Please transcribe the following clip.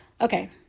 Okay